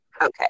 Okay